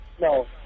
No